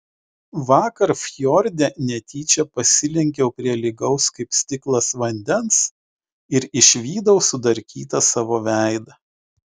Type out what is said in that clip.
vakar fjorde netyčia pasilenkiau prie lygaus kaip stiklas vandens ir išvydau sudarkytą savo veidą